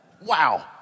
Wow